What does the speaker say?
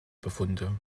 befunde